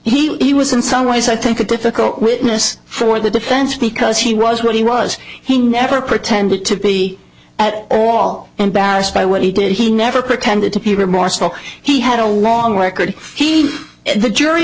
he was in some ways i think a difficult witness for the defense because he was what he was he never pretended to be at all and balanced by what he did he never pretended to be remorseful he had a long record he the jury